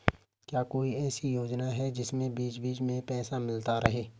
क्या कोई ऐसी योजना है जिसमें बीच बीच में पैसा मिलता रहे?